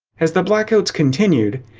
as the blackouts continued,